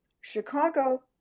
Chicago